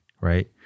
Right